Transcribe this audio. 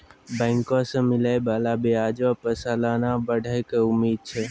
बैंको से मिलै बाला ब्याजो पे सलाना बढ़ै के उम्मीद छै